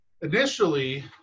initially